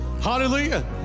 hallelujah